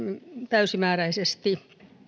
täysimääräisesti